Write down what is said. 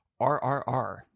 RRR